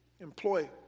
employ